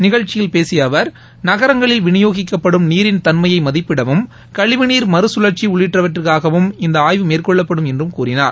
நிகழ்ச்சியில் பேசிய அவர் நகரங்களில் விநியோகிக்கப்படும் நீரின் தன்மையை மதிப்பிடவும் கழிவுநீர் மறுசுழற்சி உள்ளிட்டவற்றிற்காகவும் இந்த ஆய்வு மேற்கொள்ளப்படும் என்றும் கூறினார்